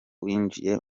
winjiye